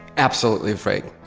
absolutely fake.